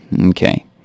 okay